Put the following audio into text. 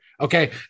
okay